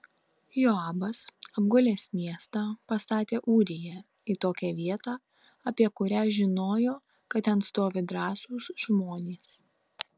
joabas apgulęs miestą pastatė ūriją į tokią vietą apie kurią žinojo kad ten stovi drąsūs žmonės